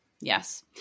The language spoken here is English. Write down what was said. Yes